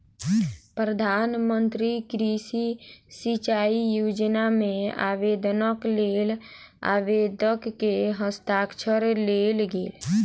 प्रधान मंत्री कृषि सिचाई योजना मे आवेदनक लेल आवेदक के हस्ताक्षर लेल गेल